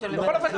בכל אופן,